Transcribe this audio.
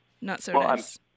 not-so-nice